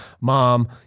mom